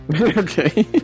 Okay